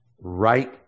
right